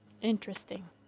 Interesting